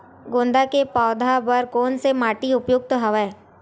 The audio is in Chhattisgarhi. गेंदा के पौधा बर कोन से माटी उपयुक्त हवय?